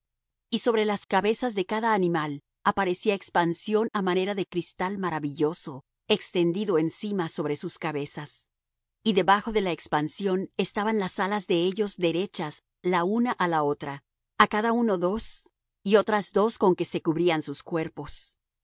y sobre las cabezas de cada animal aparecía expansión á manera de cristal maravilloso extendido encima sobre sus cabezas y debajo de la expansión estaban las alas de ellos derechas la una á la otra á cada uno dos y otras dos con que se cubrían sus cuerpos